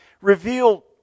reveal